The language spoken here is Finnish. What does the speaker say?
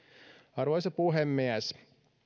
arvoisa puhemies